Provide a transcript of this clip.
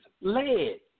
lead